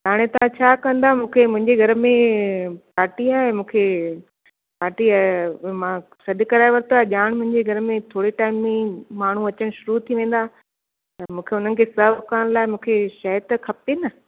हाणे तव्हां छा कंदा मूंखे मुंहिंजे घर में पार्टी आहे मूंखे पार्टी आहे मां सॾु कराए वरितो आहे ॼाणु मुंहिंजे घर में थोरे टाइम में ई माण्हू अचणु शुरु थी वेंदा त मूंखे उन्हनि खे सर्व करण लाइ मूंखे शइ त खपे न